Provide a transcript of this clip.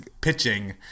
pitching